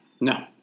No